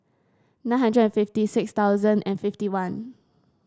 nine hundred and fifty six thousand and fifty one